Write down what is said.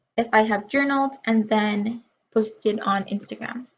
if i have journaled, and then posted on instagram.